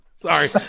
sorry